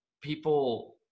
people